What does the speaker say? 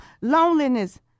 Loneliness